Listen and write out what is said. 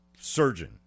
surgeon